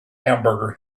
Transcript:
hamburger